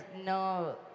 no